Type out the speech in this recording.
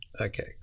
Okay